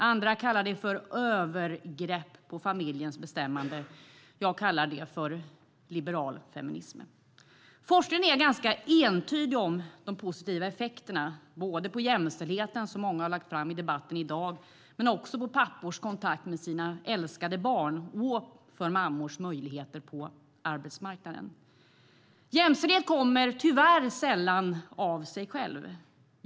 Andra kallar det övergrepp på familjens bestämmande. Jag kallar det liberal feminism. Forskningen är ganska entydig om de positiva effekterna på jämställdheten, som många har tagit upp i debatten i dag, men också på pappors kontakt med sina älskade barn och på mammors möjligheter på arbetsmarknaden. Jämställdhet kommer tyvärr sällan av sig själv.